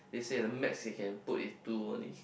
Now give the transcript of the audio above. they say the max they can put is two only